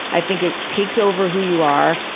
i think it takes over who you are,